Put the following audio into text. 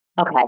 Okay